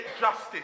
justice